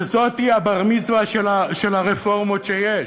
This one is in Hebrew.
וזה הבר-מצווה של הרפורמות שיש.